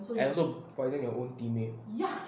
and also poisoning your own teammate